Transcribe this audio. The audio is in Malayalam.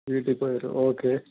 വീട്ടിൽ പോയവരോ ഓക്കെ